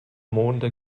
monde